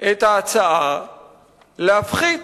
את ההצעה להפחית